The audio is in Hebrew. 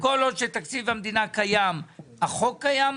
כל עוד שתקציב המדינה קיים, החוק קיים.